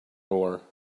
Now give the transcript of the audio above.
war